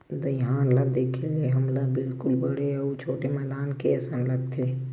दईहान ल देखे ले हमला बिल्कुल बड़े अउ छोटे मैदान के असन लगथे